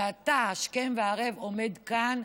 ואתה השכם והערב עומד כאן,